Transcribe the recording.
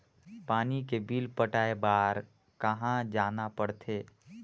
पानी के बिल पटाय बार कहा जाना पड़थे?